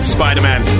Spider-Man